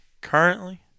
Currently